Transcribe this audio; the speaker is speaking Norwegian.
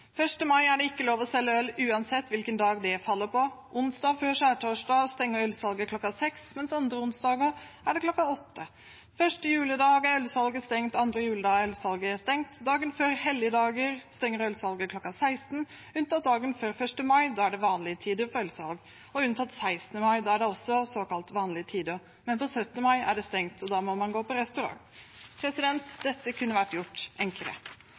mai er det ikke lov til å selge øl, uansett hvilken dag den faller på. Onsdag før skjærtorsdag stenger ølsalget kl. 18, mens andre onsdager er det kl. 20. 1. juledag er ølsalget stengt. 2. juledag er ølsalget stengt. Dagen før helligdager stenger ølsalget kl. 16, unntatt dagen før 1. mai, da er det vanlige tider for ølsalg, og unntatt 16. mai, da er det også såkalt vanlige tider. Men på 17. mai er det stengt, og da må man gå på restaurant. Dette kunne vært gjort enklere.